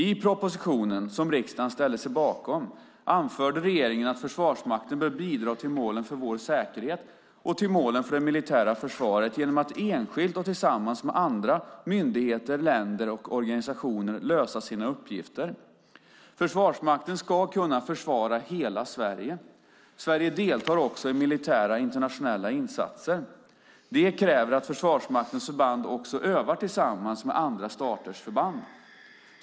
I propositionen, vilken riksdagen ställde sig bakom, anförde regeringen att Försvarsmakten bör bidra till målen för vår säkerhet och till målet för det militära försvaret genom att enskilt och tillsammans med andra myndigheter, länder och organisationer lösa sina uppgifter. Försvarsmakten ska kunna försvara hela Sverige. Sverige deltar också i internationella militära insatser. Detta kräver att Försvarsmaktens förband också övar tillsammans med andra staters förband.